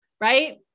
right